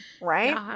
right